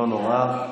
לא נורא.